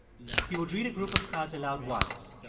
leg. he would read a group of cards aloud once,